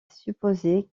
supposer